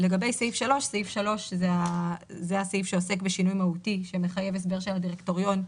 לגבי סעיף 3 זה הסעיף שעוסק בשינוי מהותי שמחייב הסבר של הדירקטוריון,